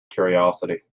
curiosity